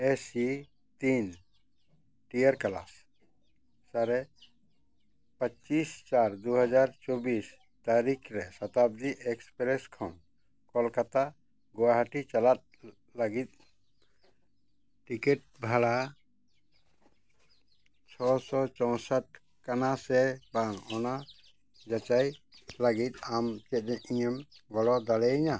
ᱮ C ᱛᱤᱱ tier class ᱥᱟᱨᱮᱡ ᱯᱚᱸᱪᱤᱥ ᱪᱟᱨ ᱫᱩ ᱦᱟᱡᱟᱨ ᱪᱚᱵᱽᱵᱤᱥ ᱛᱟᱹᱨᱤᱠ ᱨᱮ ᱥᱚᱛᱟᱵᱽᱫᱤ ᱮᱹᱠᱯᱨᱮᱹᱥ ᱠᱷᱚᱱ ᱠᱚᱞᱠᱟᱛᱟ ᱜᱳᱦᱟᱴᱤ ᱪᱟᱞᱟᱜ ᱞᱟᱹᱜᱤᱫ ᱴᱤᱠᱤᱴ ᱵᱷᱟᱲᱟ ᱪᱷᱚᱥᱚ ᱪᱳᱣᱥᱳᱴ ᱠᱟᱱᱟ ᱥᱮ ᱵᱟᱝ ᱚᱱᱟ ᱡᱟᱪᱟᱭ ᱞᱟᱹᱜᱤᱫ ᱟᱢ ᱠᱟᱹᱡ ᱤᱧᱮᱢ ᱜᱚᱲᱚ ᱫᱟᱲᱮᱭᱟᱹᱧᱟ